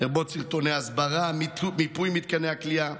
לרבות סרטוני הסברה, מיפוי מתקני הכליאה,